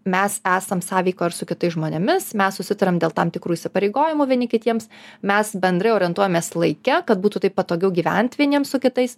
mes esam sąveikoj ir su kitais žmonėmis mes susitariam dėl tam tikrų įsipareigojimų vieni kitiems mes bendrai orientuojamės laike kad būtų taip patogiau gyvent vieniems su kitais